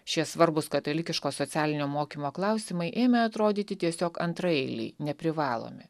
šie svarbūs katalikiško socialinio mokymo klausimai ėmė atrodyti tiesiog antraeiliai neprivalomi